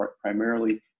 primarily